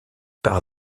par